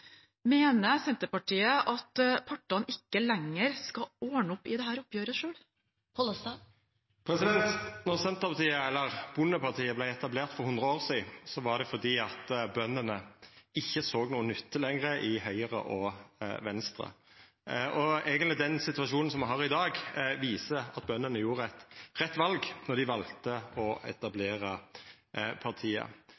Senterpartiet at partene ikke lenger skal ordne opp i dette oppgjøret selv? Då Senterpartiet, eller Bondepartiet, vart etablert for 100 år sidan, var det fordi bøndene ikkje lenger såg noka nytte i Høgre og Venstre. Den situasjonen som me har i dag, viser eigentleg at bøndene gjorde eit rett val då dei valde å